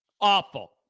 Awful